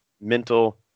mental